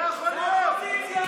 האופוזיציה,